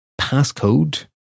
passcode